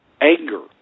anger